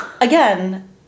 again